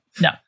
No